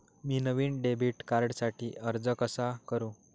मी नवीन डेबिट कार्डसाठी अर्ज कसा करु?